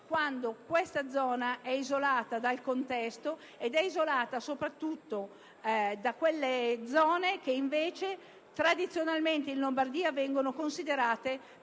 quando questa zona è isolata dal contesto che la circonda e soprattutto da quelle aree che invece tradizionalmente in Lombardia vengono considerate